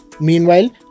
Meanwhile